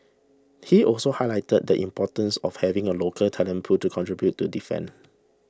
he also highlighted the importance of having a local talent pool to contribute to defence